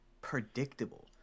predictable